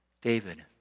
David